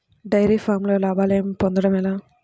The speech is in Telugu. డైరి ఫామ్లో లాభాలు పొందడం ఎలా?